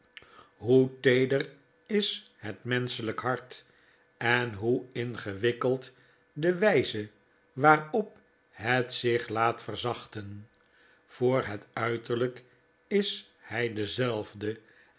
teeder is het menschelijk hart en hoe ingewikkeld de wijze waarop het zich laat verzachten voor het uiterlijk is hij dezelfde